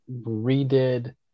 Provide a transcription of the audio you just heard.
redid